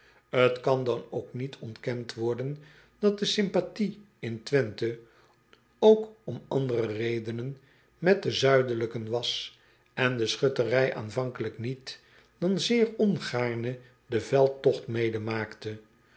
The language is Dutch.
t an dan ook niet ontkend worden dat de sympathie in wenthe ook om andere redenen met de uidelijken was en de schutterij aanvankelijk niet dan zeer ongaarne den veldtogt mede maakte